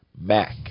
Mac